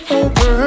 over